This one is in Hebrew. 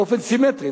באופן סימטרי.